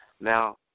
now